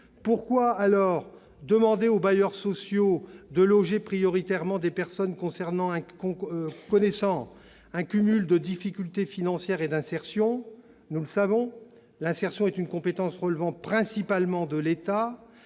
Pourquoi demander aux bailleurs sociaux de loger prioritairement les personnes connaissant un cumul de difficultés financières et d'insertion ? Nous le savons, l'insertion est une compétence relevant principalement de l'État.